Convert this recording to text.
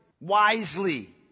Wisely